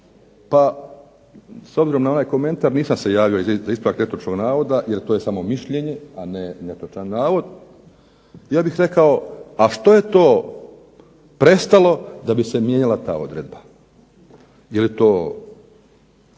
pa s obzirom na ovaj komentar nisam se javio za ispravak netočnog navoda jer to je samo mišljenje, a ne netočan navod. Ja bih rekao, a što je to prestalo da bi se mijenjala ta odredba. Je li to